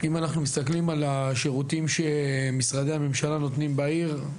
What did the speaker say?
אם אנחנו מסתכלים על השירותים שמשרדי הממשלה נותנים בעיר,